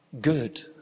Good